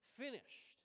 finished